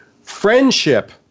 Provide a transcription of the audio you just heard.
Friendship